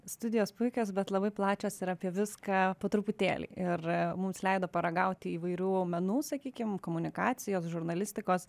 studijos puikios bet labai plačios ir apie viską po truputėlį ir mums leido paragauti įvairių menų sakykim komunikacijos žurnalistikos